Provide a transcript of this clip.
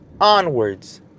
onwards